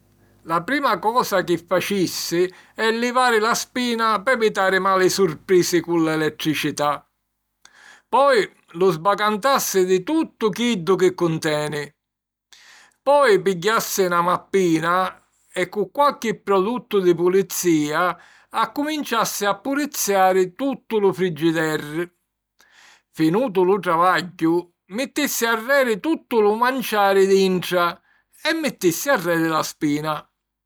La prima cosa chi facissi è livari la spina p'evitari mali surprisi cu l'elettricità. Poi lu sbacantassi di tuttu chiddu chi cunteni. Poi pigghiassi na mappina e, cu qualchi produttu di pulizìa, accuminciassi a puliziari tuttu lu frigiderri. Finutu lu travagghiu, mittisi arreri tuttu lu manciari dintra e mittissi arreri la spina.